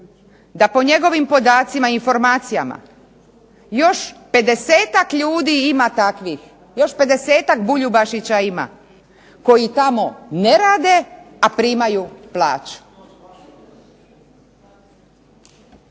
da po njegovim podacima i informacijama još 50-ak ljudi ima takvih, još 50-ak Buljubašića ima koji tamo ne rade a primaju plaću.